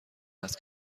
است